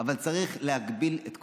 אבל צריך להגביל את כוחם.